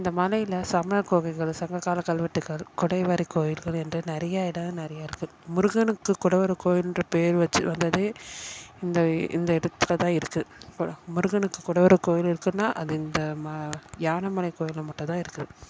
இந்த மலையில் சமண கோவில்கள் சங்கக்கால கல்வெட்டுகள் கொடை வாரி கோயில்கள் என்று நிறைய இடம் நிறைய இருக்குது முருகனுக்கு கூட ஒரு கோயில்ன்ற பேர் வச்சு வந்ததே இந்த இந்த இடத்துல தான் இருக்குது கொ முருகனுக்கு கூட ஒரு கோயில் இருக்குதுன்னா அது இந்த ம யானைமலை கோயில்ல மட்டுந்தான் இருக்குது